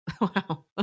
Wow